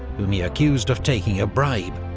whom he accused of taking a bribe.